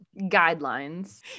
guidelines